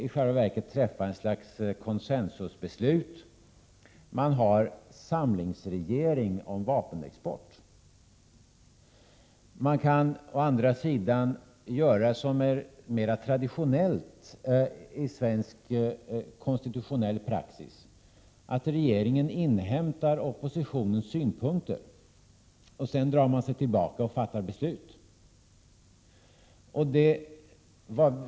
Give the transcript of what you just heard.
I själva verket innebär det att ett slags consensusbeslut träffas — man har samlingsregering om vapenexport. Man kan å andra sidan göra så, vilket är mera traditionellt i svensk konstitutionell praxis, att regeringen inhämtar oppositionens synpunkter och sedan drar sig tillbaka och fattar beslut.